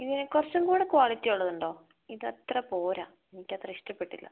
ഇതിനെ കുറച്ചും കൂടെ ക്വാളിറ്റിയുള്ളതുണ്ടോ ഇതത്ര പോര എനിക്ക് അത്ര ഇഷ്ടപ്പെട്ടില്ല